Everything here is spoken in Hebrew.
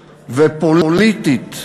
ופוליטית,